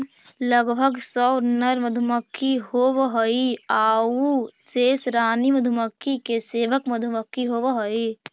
लगभग सौ नर मधुमक्खी होवऽ हइ आउ शेष रानी मधुमक्खी के सेवक मधुमक्खी होवऽ हइ